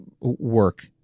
work